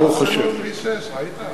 ברוך השם.